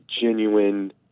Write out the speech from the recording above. genuine